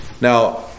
Now